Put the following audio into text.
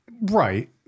Right